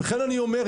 לכן אני אומר,